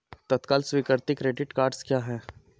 तत्काल स्वीकृति credit cards क्या हैं?